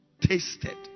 tasted